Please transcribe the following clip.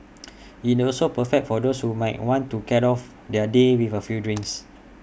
IT also perfect for those who might want to cat off their day with A few drinks